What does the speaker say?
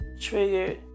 triggered